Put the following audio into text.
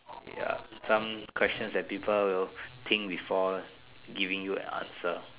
ya some questions that people will think before giving you an answer